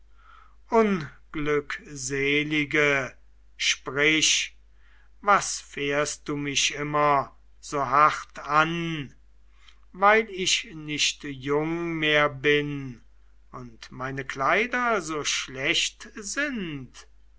unglückselige sprich was fährst du mich immer so hart an weil ich nicht jung mehr bin und meine kleider so schlecht sind